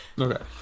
okay